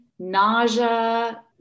nausea